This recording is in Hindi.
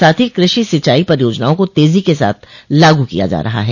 साथ ही कृषि सिंचाई परियोजनाओं को तेजी के साथ लागू किया जा रहा है